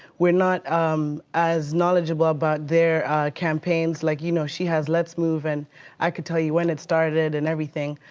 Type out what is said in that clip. we're not um as knowledgeable about their campaigns. like you know, she has let's move. and i could tell you when it started and everything.